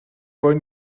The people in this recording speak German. wollen